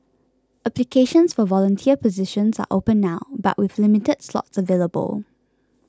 applications for volunteer positions are open now but with limited slots available